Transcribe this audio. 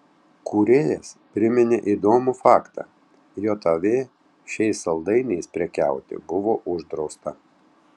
kūrėjas priminė įdomų faktą jav šiais saldainiais prekiauti buvo uždrausta